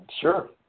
Sure